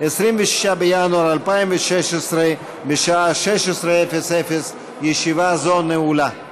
26 בינואר 2016, בשעה 16:00. ישיבה זו נעולה.